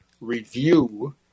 review